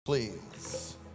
Please